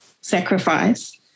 sacrifice